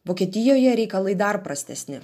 vokietijoje reikalai dar prastesni